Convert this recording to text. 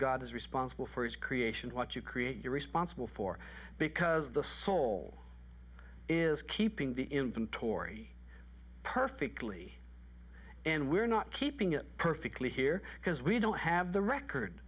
god is responsible for his creation what you create you're responsible for because the soul is keeping the inventory perfectly and we're not keeping it perfectly here because we don't have the record